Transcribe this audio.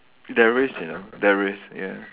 there is you know there is ya